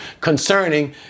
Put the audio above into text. concerning